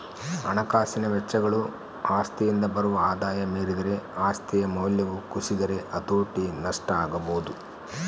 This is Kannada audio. ಹಣಕಾಸಿನ ವೆಚ್ಚಗಳು ಆಸ್ತಿಯಿಂದ ಬರುವ ಆದಾಯ ಮೀರಿದರೆ ಆಸ್ತಿಯ ಮೌಲ್ಯವು ಕುಸಿದರೆ ಹತೋಟಿ ನಷ್ಟ ಆಗಬೊದು